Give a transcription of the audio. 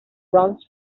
runs